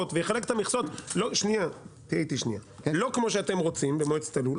ויחלק את המכסות לא כמו שאתם רוצים במועצת הלול,